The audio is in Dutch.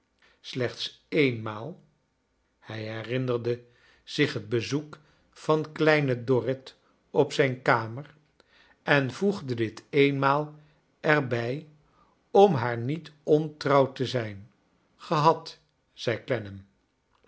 slechts eenmaal hij herinnerde kleine dorrit zich het bezoek van kleiae dorrit op zijn kamer en voegde dit eenmaal er bij om haar niet ontrouw te zijn gehad zei